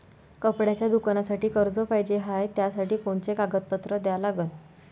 कपड्याच्या दुकानासाठी कर्ज पाहिजे हाय, त्यासाठी कोनचे कागदपत्र द्या लागन?